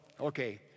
okay